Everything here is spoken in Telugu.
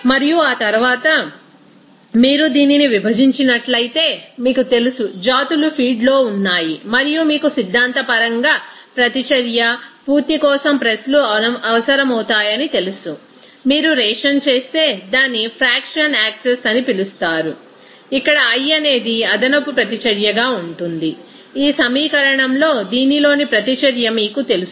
మరియు ఆ తరువాత మీరు దీనిని విభజించినట్లయితే మీకు తెలుసు జాతులు ఫీడ్లో ఉన్నాయి మరియు మీకు సిద్ధాంతపరంగా ప్రతిచర్య పూర్తి కోసం ప్రెస్లు అవసరమవుతాయని తెలుసు మీరు రేషన్ చేస్తే దాన్ని ఫ్రాక్షన్ల్ ఆక్సెస్ అని పిలుస్తారు ఇక్కడ i అనేది అదనపు ప్రతిచర్యగా ఉంటుంది ఈ సమీకరణంలో దీనిలోని ప్రతిచర్య మీకు తెలుసు